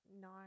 No